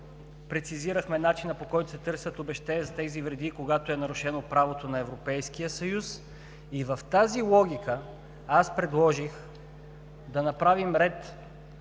прецизирахме начина, по който се търсят обезщетения за тези вреди и когато е нарушено правото на Европейския съюз. В тази логика аз предложих да направим ред,